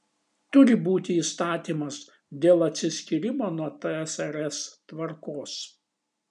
turi būti įstatymas dėl atsiskyrimo nuo tsrs tvarkos